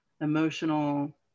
emotional